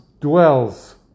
dwells